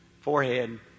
forehead